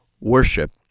worship